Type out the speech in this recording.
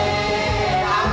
and i